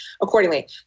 accordingly